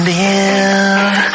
live